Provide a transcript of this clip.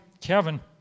Kevin